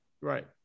Right